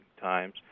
times